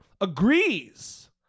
agrees